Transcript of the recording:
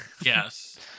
Yes